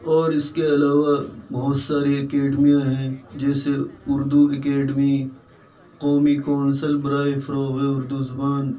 اور اِس کے علاوہ بہت ساری اکیڈمیاں ہیں جیسے اُردو اکیڈمی قومی کونسل برائے فروغ اُردو زبان